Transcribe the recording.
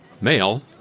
Male